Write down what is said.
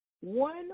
one